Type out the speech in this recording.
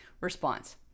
response